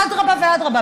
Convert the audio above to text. אדרבה ואדרבה,